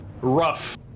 rough